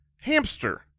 hamster